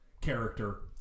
character